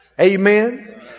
Amen